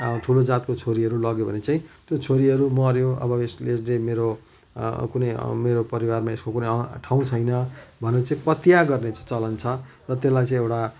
ठुलो जातको छोरीहरू लग्यो भने चाहिँ त्यो छोरीहरू मर्यो अब यसले चाहिँ मेरो कुनै मेरो परिवारमा यसको कुनै ठाउँ छैन भनेर चाहिँ पत्या गर्ने चाहिँ चलन छ र त्यसलाई चाहिँ एउटा